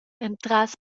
entras